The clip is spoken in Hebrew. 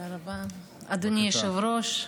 תודה רבה, אדוני היושב-ראש.